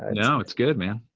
ah no. it's good, man.